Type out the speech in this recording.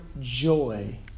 joy